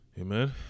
Amen